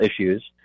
issues